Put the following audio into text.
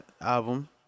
album